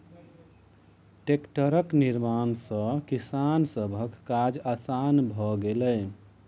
टेक्टरक निर्माण सॅ किसान सभक काज आसान भ गेलै